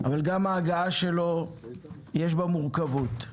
אבל גם ההגעה שלו יש בה מורכבות.